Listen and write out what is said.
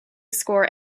score